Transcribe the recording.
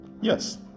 Yes